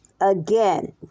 again